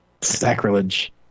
Sacrilege